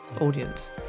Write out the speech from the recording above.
audience